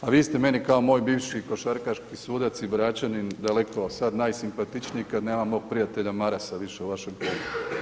A vi ste meni kao moj bivši košarkaški sudac i Bračanin daleko sad najsimpatičniji kad nema mog prijatelja Marasa više u vašem klubu.